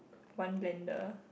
one blender